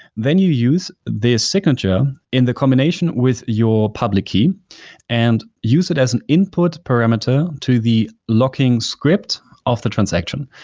then you use this signature in the combination with your public key and use it as an input parameter to the locking script of the transaction.